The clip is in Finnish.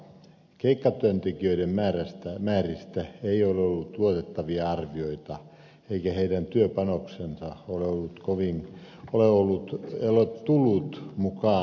keikkatyöntekijöiden määristä ei ole ollut luotettavia arvioita eikä heidän työpanoksensa ole tullut mukaan taloustilastoihin